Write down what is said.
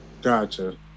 Gotcha